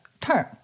term